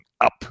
up